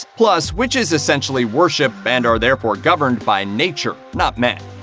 plus, witches essentially worship, and are therefore governed by, nature. not men.